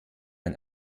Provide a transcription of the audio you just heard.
ein